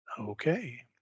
okay